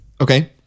Okay